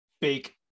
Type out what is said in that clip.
big